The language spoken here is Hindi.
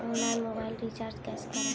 ऑनलाइन मोबाइल रिचार्ज कैसे करें?